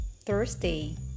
Thursday